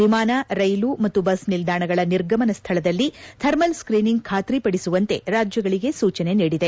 ವಿಮಾನ ರೈಲು ಮತ್ತು ಬಸ್ ನಿಲ್ದಾಣಗಳ ನಿರ್ಗಮನ ಸ್ಥಳದಲ್ಲಿ ಥರ್ಮಲ್ ಸ್ತೀನಿಂಗ್ ಬಾತ್ರಿಪಡಿಸುವಂತೆ ರಾಜ್ಲಗಳಿಗೆ ಸೂಚನೆ ನೀಡಿದೆ